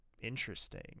Interesting